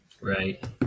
Right